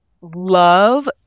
love